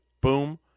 boom